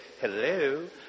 hello